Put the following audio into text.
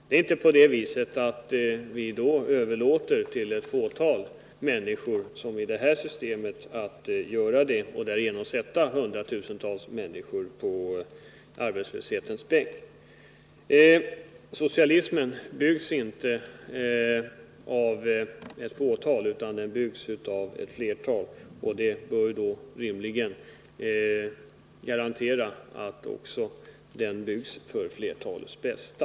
Det är inte på det viset att vi då —som man gör i det nu rådande systemet — överlåter åt ett fåtal människor att göra det och därigenom sätter hundratusentals människor på arbetslöshetens bänk. Socialismen byggs inte av ett fåtal utan den byggs av ett flertal, och det bör rimligen garantera att den också byggs för flertalets bästa.